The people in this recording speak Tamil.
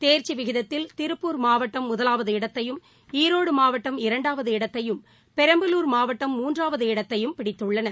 தேர்ச்சி விகிதத்தில் திருப்பூர் மாவட்டம் முதலாவது இடத்தையும் ஈரோடு மாவட்டம் இரண்டாவது இடத்தையும் பெரம்பலூர் மாவட்டம் மூன்றாவது இடத்தையும் பிடித்துள்ளன